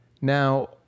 Now